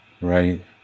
Right